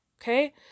Okay